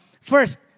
First